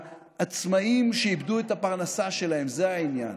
העצמאים, שאיבדו את הפרנסה שלהם, זה העניין.